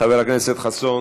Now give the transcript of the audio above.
תשיב